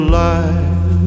life